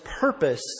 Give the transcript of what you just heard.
purpose